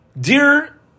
dear